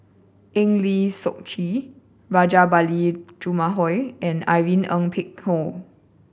Eng Lee Seok Chee Rajabali Jumabhoy and Irene Ng Phek Hoong